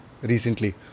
recently